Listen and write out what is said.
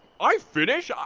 i finish! ah